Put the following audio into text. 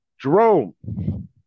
Jerome